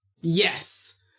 Yes